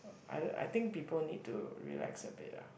either I think people need to relax a bit ah